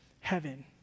Heaven